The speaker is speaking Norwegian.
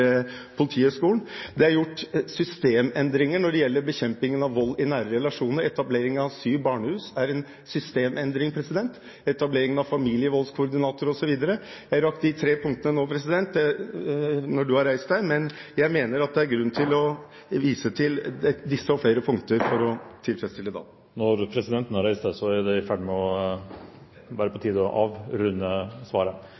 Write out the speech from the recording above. bekjempingen av vold i nære relasjoner. Etablering av syv barnehus er en systemendring. Det samme er etablering av familievoldskoordinator osv. Jeg rakk de punktene nå – jeg ser du har reist deg, president – men jeg mener at det er grunn til å vise til disse og flere punkter for å tilfredsstille Oktay Dahl. Når presidenten har reist seg, er det på tide å avrunde svaret. Eg la merke til at representanten Bøhler begynte innlegget sitt med å snakke om talet på